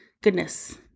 goodness